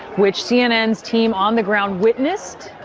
which cnn's team on the ground witnessed.